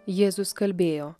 jėzus kalbėjo